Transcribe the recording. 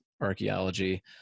Archaeology